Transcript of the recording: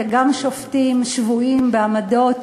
שגם שופטים שבויים בעמדות,